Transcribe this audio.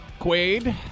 Quaid